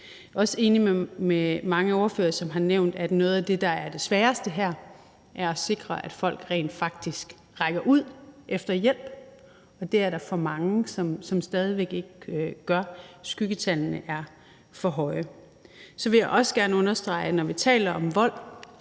Jeg er også enig med mange ordførere, som har nævnt, at noget af det, der er det sværeste her, er at sikre, at folk rent faktisk rækker ud efter hjælp. Det er der for mange som stadig væk ikke gør. Skyggetallene er for høje. Så vil jeg også gerne understrege, at når vi taler om vold